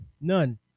None